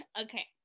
Okay